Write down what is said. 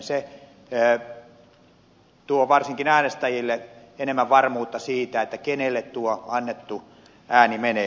se tuo varsinkin äänestäjille enemmän varmuutta siitä kenelle tuo annettu ääni menee